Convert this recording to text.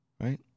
right